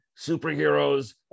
superheroes